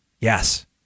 yes